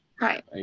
right